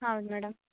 ಹೌದು ಮೇಡಮ್